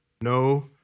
No